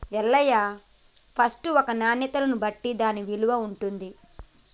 Ellaiah first ఒక నాణ్యతను బట్టి దాన్న విలువ ఉంటుంది